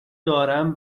دارم